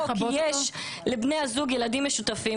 או כי יש לבני הזוג ילדים משותפים,